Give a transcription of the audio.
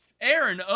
Aaron